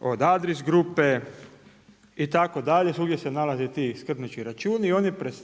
od Adris grupe itd. Svugdje se nalaze ti skrbnički računi.